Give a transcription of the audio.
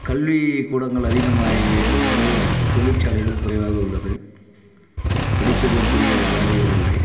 கல்விக்கூடங்கள் அதிகமாகியது ஒழிய தொழிற்சாலைகள் குறைவாக உள்ளது படித்ததற்குரிய வேலைகள் இல்லை